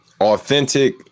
authentic